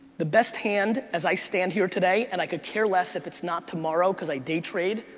the best hand as i stand here today, and i could care less if it's not tomorrow cause i day trade